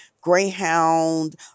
Greyhound